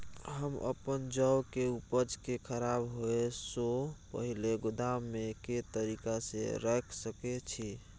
हम अपन जौ के उपज के खराब होय सो पहिले गोदाम में के तरीका से रैख सके छी?